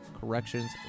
corrections